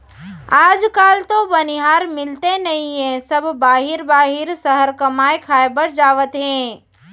आज काल तो बनिहार मिलते नइए सब बाहिर बाहिर सहर कमाए खाए बर जावत हें